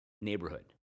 neighborhood